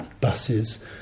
buses